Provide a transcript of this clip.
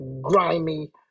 grimy